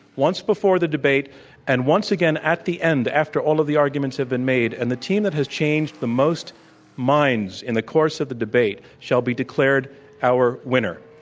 once before the debate and once again at the end after all of the arguments have been made. and the team that has changed the most minds in the course of the debate shall be declared our winner.